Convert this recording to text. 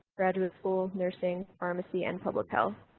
graduate school, nursing, pharmacy and public health,